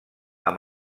amb